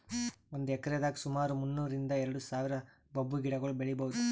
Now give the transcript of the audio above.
ಒಂದ್ ಎಕ್ರೆದಾಗ್ ಸುಮಾರ್ ಮುನ್ನೂರ್ರಿಂದ್ ಎರಡ ಸಾವಿರ್ ಬಂಬೂ ಗಿಡಗೊಳ್ ಬೆಳೀಭೌದು